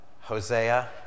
Hosea